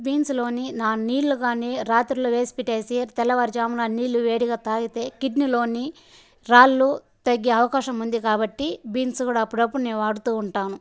beans లోని ఆ నీళ్ళు కానీ రాత్రుళ్ళు వేసి పెట్టేసి తెల్లవారుజామున నీళ్ళు వేడిగా తాగితే కిడ్నీలోని రాళ్ళు తగ్గే అవకాశం ఉంది కాబట్టి బీన్స్ కూడా అప్పుడప్పుడు నేను వాడుతూ ఉంటాను